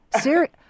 serious